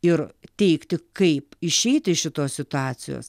ir teikti kaip išeiti iš šitos situacijos